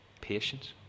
Patience